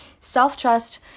Self-trust